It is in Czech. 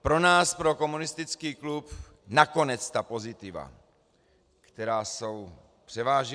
Pro nás, pro komunistický klub, nakonec pozitiva, která jsou, převážila.